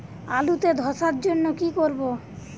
আলুতে ধসার জন্য কি করব?